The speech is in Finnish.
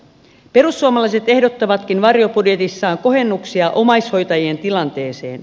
perussuomalaiset ehdottavatkin varjobudjetissaan kohennuksia omaishoitajien tilanteeseen